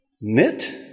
knit